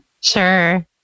sure